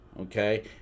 Okay